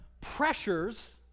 pressures